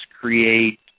create